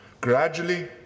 gradually